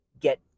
get